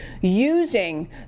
Using